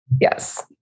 Yes